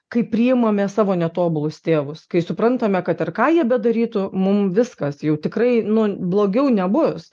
kai priimame savo netobulus tėvus kai suprantame kad ir ką jie bedarytų mum viskas jau tikrai nu blogiau nebus